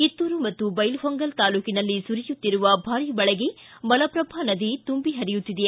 ಕಿತ್ತೂರು ಮತ್ತು ಬೈಲಹೊಂಗಲ ತಾಲೂಕಿನಲ್ಲಿ ಸುರಿಯುತ್ತಿರುವ ಭಾರಿ ಮಳೆಗೆ ಮಲಪ್ರಭಾ ನದಿ ತುಂಬಿ ಹರಿಯುತ್ತಿದೆ